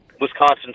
Wisconsin